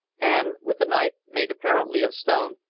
and with a knife, made apparently of stone,